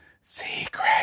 secret